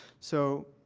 so,